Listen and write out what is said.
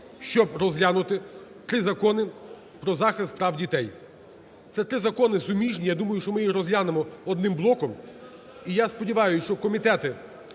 щоб розглянути три закони про захист прав дітей. Це три закони суміжні, я думаю, що ми їх розглянемо одним блоком. І я сподіваюся, що комітети